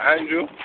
Andrew